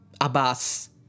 Abbas